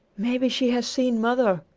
maybe she has seen mother,